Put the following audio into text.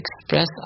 express